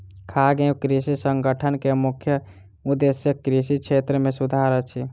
खाद्य एवं कृषि संगठन के मुख्य उदेश्य कृषि क्षेत्र मे सुधार अछि